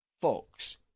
fox